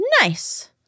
nice